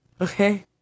Okay